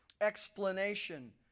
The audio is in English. explanation